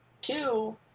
Two